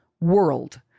world